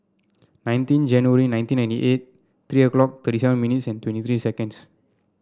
nineteen January nineteen ninety eight three o'clock thirty seven minutes and twenty three seconds